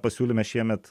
pasiūlyme šiemet